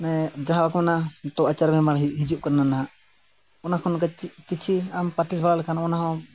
ᱢᱟᱱᱮ ᱡᱟᱦᱟᱸ ᱠᱷᱚᱱᱟᱜ ᱱᱤᱛᱳᱜ ᱟᱪᱟᱨ ᱵᱮᱢᱟᱨ ᱦᱤᱡᱩᱜ ᱠᱟᱱᱟ ᱱᱟᱦᱟᱜ ᱚᱱᱟ ᱠᱷᱚᱱ ᱠᱤᱪᱷᱤ ᱟᱢ ᱯᱮᱠᱴᱤᱥ ᱵᱟᱲᱟ ᱞᱮᱠᱷᱟᱱ ᱚᱱᱟ ᱦᱚᱸ